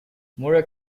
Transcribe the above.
murray